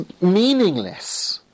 meaningless